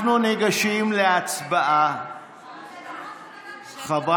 להסתובב חופשי בכנסת?